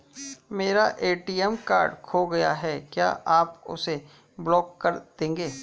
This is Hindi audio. मेरा ए.टी.एम कार्ड खो गया है क्या आप उसे ब्लॉक कर देंगे?